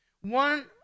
One